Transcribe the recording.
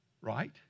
Right